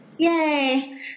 Yay